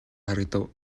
харагдав